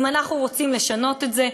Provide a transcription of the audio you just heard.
אם אנחנו רוצים לשנות את זה,